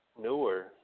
newer